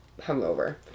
hungover